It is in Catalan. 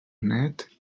net